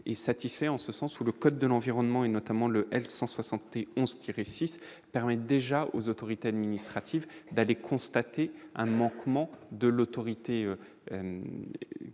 est satisfait en ce sens où le code de l'environnement et notamment le L 171 qui réussissent permettent déjà aux autorités administratives d'aller constater un manquement de l'autorité